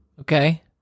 Okay